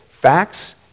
facts